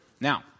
Now